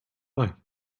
like